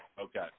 Okay